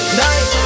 night